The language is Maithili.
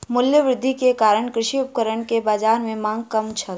मूल्य वृद्धि के कारण कृषि उपकरण के बाजार में मांग कम छल